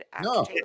No